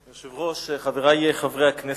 היושב-ראש, חברי חברי הכנסת,